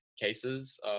cases